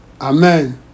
Amen